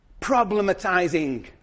problematizing